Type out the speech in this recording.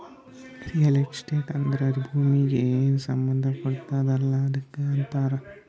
real estate ಅಂದ್ರ ಭೂಮೀಗಿ ಏನ್ ಸಂಬಂಧ ಪಡ್ತುದ್ ಅಲ್ಲಾ ಅದಕ್ ಅಂತಾರ್